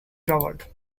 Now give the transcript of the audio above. troubled